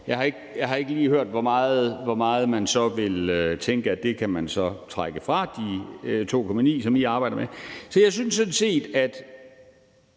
Jeg har ikke lige hørt, hvor meget man så tænker at man kan trække fra de 2,9 mia. kr., som I arbejder med. Så jeg synes sådan set, at